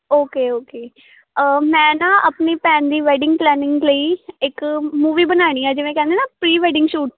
okay okay ਮੈਂ ਨਾ ਆਪਣੀ ਭੈਣ ਦੀ ਵੈਡਿੰਗ ਪਲੈਨਿੰਗ ਲਈ ਇੱਕ ਮੂਵੀ ਬਣਾਉਣੀ ਆ ਜਿਵੇਂ ਕਹਿੰਦੇ ਨਾ ਪ੍ਰੀ ਵੈਡਿੰਗ ਸ਼ੂਟ